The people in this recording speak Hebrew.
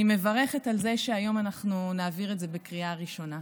אני מברכת על זה שהיום אנחנו נעביר את זה בקריאה ראשונה.